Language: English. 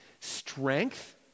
strength